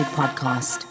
podcast